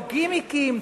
או גימיקים,